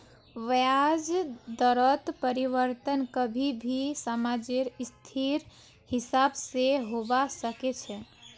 ब्याज दरत परिवर्तन कभी भी समाजेर स्थितिर हिसाब से होबा सके छे